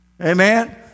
Amen